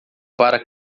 para